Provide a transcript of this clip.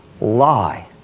lie